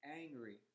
angry